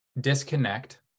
disconnect